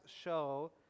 show